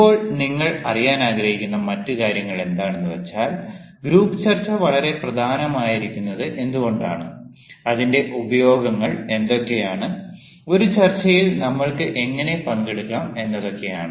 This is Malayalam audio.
ഇപ്പോൾ നിങ്ങൾ അറിയാൻ ആഗ്രഹിക്കുന്ന മറ്റു കാര്യങ്ങൾ എന്താണെന്ന് വെച്ചാൽ ഗ്രൂപ്പ് ചർച്ച വളരെ പ്രധാനമായിരിക്കുന്നത് എന്തുകൊണ്ടാണ് അതിന്റെ ഉപയോഗങ്ങൾ എന്തൊക്കെയാണ് ഒരു ചർച്ചയിൽ നമ്മൾക്ക് എങ്ങനെ പങ്കെടുക്കാം എന്നതൊക്കെയാണ്